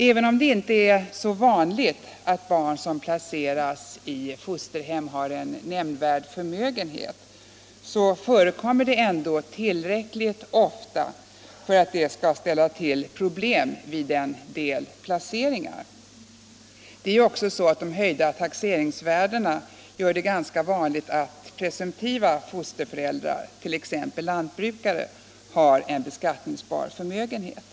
Även om det inte är så vanligt att barn som placeras i fosterhem har någon nämnvärd förmögenhet, så förekommer det ändå tillräckligt ofta för att det skall ställa till problem vid en del placeringar. De höjda taxeringsvärdena gör det också ganska vanligt att presumtiva = Vissa frågor vid fosterföräldrar, t.ex. lantbrukare, har beskattningsbar förmögenhet.